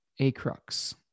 Acrux